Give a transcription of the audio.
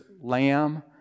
lamb